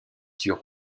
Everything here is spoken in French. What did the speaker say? sur